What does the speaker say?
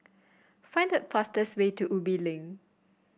find the fastest way to Ubi Link